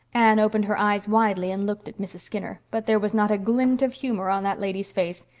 anne opened her eyes widely and looked at mrs. skinner. but there was not a glint of humor on that lady's face.